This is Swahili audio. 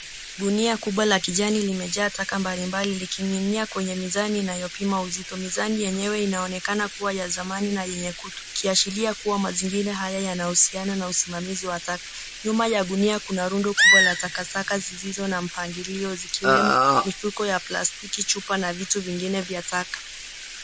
Gunia kubwa la kijani limejaa taka mbali mbali likining'inia kwenye mizani inayopima uzito. Mizani yenyewe inaonekana kuwa ya zamani na yenye kutu, ikiashiria kuwa mazingira haya yanahusiana na usimamizi wa taka. Nyuma ya gunia kuna rundo kubwa la takataka zisizo na mpangilio, zikiwemo, mifuko ya plastiki, chupa na vitu vingine vya taka.